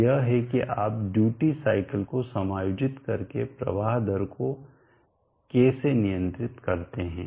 तो यह है कि आप यहां ड्यूटी साइकिल को समायोजित करके प्रवाह दर को कैसे नियंत्रित करते हैं